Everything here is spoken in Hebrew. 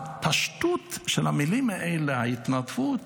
הפשטות של המילים האלה, ההתנדבות,